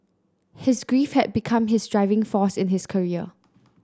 his grief had become his driving force in his career